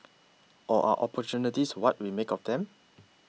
or are opportunities what we make of them